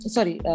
Sorry